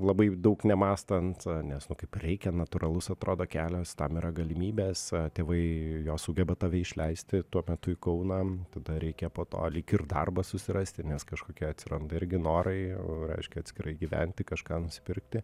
labai daug nemąstant nes nu kaip reikia natūralus atrodo kelias tam yra galimybės tėvai jo sugeba tave išleisti tuo metu į kauną tada reikia po to lyg ir darbą susirasti nes kažkokie atsiranda irgi norai reiškia atskirai gyventi kažką nusipirkti